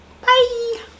bye